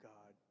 God